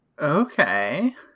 Okay